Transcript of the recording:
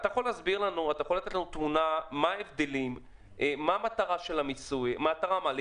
אתה יכול לתת לנו תמונה על ההבדלים במיסוי ועל המטרה שלו?